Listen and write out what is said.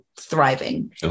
thriving